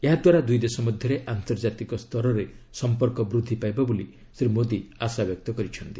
ଏହାଦ୍ୱାରା ଦୁଇଦେଶ ମଧ୍ୟରେ ଆନ୍ତର୍ଜାତିକ ସ୍ତରରେ ସମ୍ପର୍କ ବୃଦ୍ଧି ପାଇବ ବୋଲି ଶ୍ରୀ ମୋଦୀ ଆଶାବ୍ୟକ୍ତ କରିଛନ୍ତି